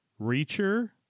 Reacher